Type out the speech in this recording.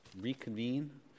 reconvene